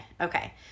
okay